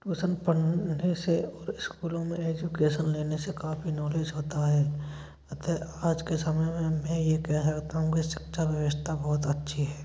tuition पढ़ने से और इस्कूलों में एजुकेसन लेने से काफी नौलेज होता है अतः आज के समय में मैं यह कहता हूँ कि शिक्षा व्यवस्था बहुत अच्छी है